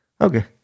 okay